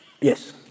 Yes